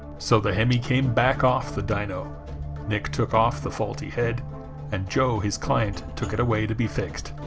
so the hemi came back off the dyno nick took off the faulty head and joe his client took it away to be fixed.